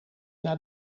naar